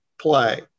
play